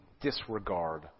disregard